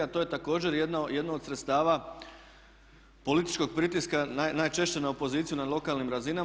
A to je također jedno od sredstava političkog pritiska najčešće na opoziciju na lokalnim razinama.